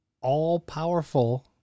all-powerful